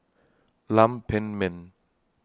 Lam Pin Min